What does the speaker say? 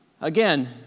Again